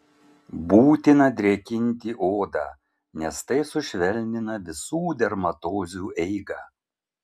būtina drėkinti odą nes tai sušvelnina visų dermatozių eigą